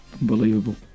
Unbelievable